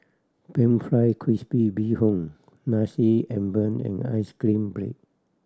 pan fry crispy bee hoon Nasi Ambeng and ice cream bread